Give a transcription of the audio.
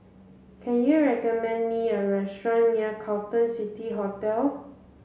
can you recommend me a restaurant near Carlton City Hotel